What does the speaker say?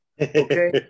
Okay